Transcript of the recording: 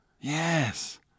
Yes